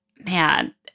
man